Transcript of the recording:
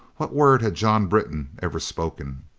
what word had john britton ever spoken?